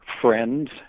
friends